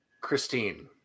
Christine